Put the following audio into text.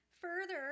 Further